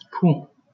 Cool